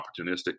opportunistic